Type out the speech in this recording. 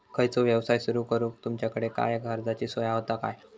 खयचो यवसाय सुरू करूक तुमच्याकडे काय कर्जाची सोय होता काय?